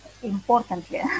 Importantly